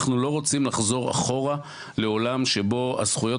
אנחנו לא רוצים לחזור אחורה לעולם שבו הזכויות